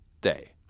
day